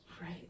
Right